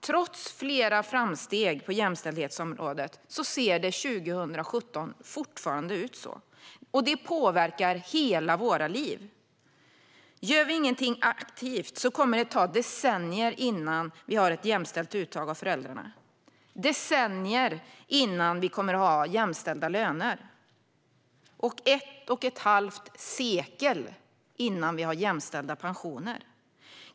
Trots flera framsteg på jämställdhetsområdet ser det 2017 fortfarande ut så. Det påverkar hela våra liv. Och gör vi ingenting aktivt kommer det ta decennier innan vi har ett jämställt uttag av föräldradagarna, decennier innan vi kommer ha jämställda löner och ett och ett halvt sekel innan vi har jämställda pensioner.